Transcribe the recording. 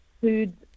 foods